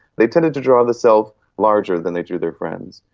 they tended to draw the self larger than they drew their friends.